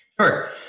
Sure